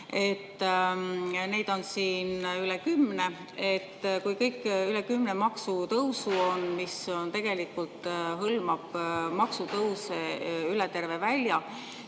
Neid on siin üle kümne. Kui kokku on üle kümne maksutõusu, mis tegelikult hõlmavad maksutõuse üle terve välja,